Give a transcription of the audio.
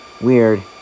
weird